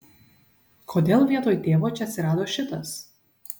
kodėl vietoj tėvo čia atsirado šitas